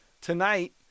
tonight